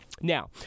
Now